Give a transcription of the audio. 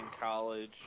college